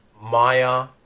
Maya